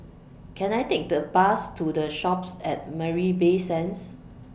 Can I Take The Bus to The Shoppes At Marina Bay Sands